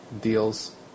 deals